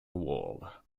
world